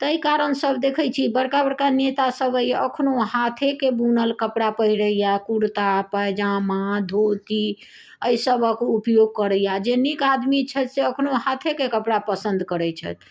ताहि कारण सभ देखैत छी बड़का बड़का नेता सभ अइ अखनो हाथे के बुनल कपड़ा पहिरैया कुर्ता पायजामा धोती एहि सभक उपयोग करैया जे नीक आदमी छथि से अखनो हाथेके कपड़ा पसन्द करैत छथि